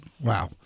Wow